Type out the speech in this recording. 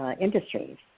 industries